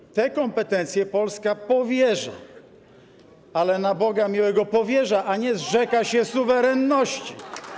I te kompetencje Polska powierza, ale - na Boga miłego - powierza, a nie zrzeka się suwerenności.